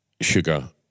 Sugar